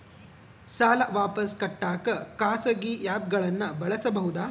ಸಾಲ ವಾಪಸ್ ಕಟ್ಟಕ ಖಾಸಗಿ ಆ್ಯಪ್ ಗಳನ್ನ ಬಳಸಬಹದಾ?